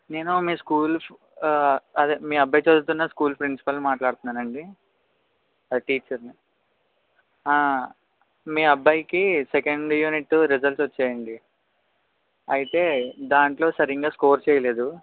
నేను మీ స్కూల్ అదే మీ అబ్బాయి చదువుతున్న స్కూల్ ప్రిన్సిపల్ని మాట్లాడుతున్నానండి అదే టీచర్ని మీ అబ్బాయికి సెకండ్ యూనిట్ రిజల్ట్ వచ్చాయండి అయితే దాంట్లో సరిగ్గా స్కోర్ చేయలేదు